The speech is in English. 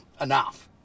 enough